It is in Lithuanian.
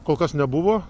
kol kas nebuvo